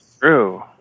true